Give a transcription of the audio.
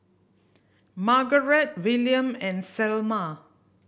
Margarett Willam and Selma